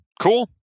cool